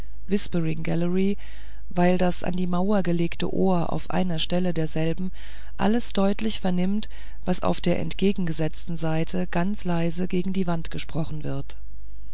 weil das an die mauer gelegte ohr auf einer stelle derselben alles deutlich vernimmt was auf der entgegengesetzten seite ganz leise gegen die wand gesprochen wird